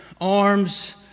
arms